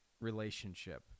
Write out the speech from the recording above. relationship